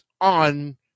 on